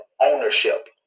ownership